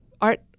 art